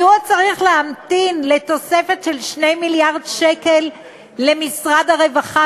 מדוע צריך להמתין לתוספת של 2 מיליארד שקל למשרד הרווחה,